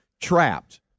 trapped